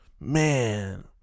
man